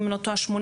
אם אני לא טועה,